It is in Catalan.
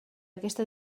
aquesta